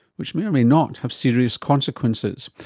which may or may not have serious consequences.